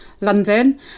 London